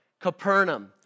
Capernaum